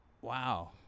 Wow